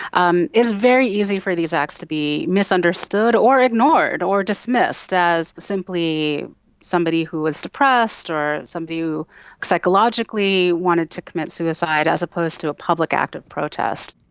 um it's very easy for these acts to be misunderstood or ignored or dismissed as simply somebody who was depressed or somebody who psychologically wanted to commit suicide as opposed to a public act of protest.